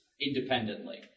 independently